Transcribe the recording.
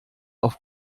auf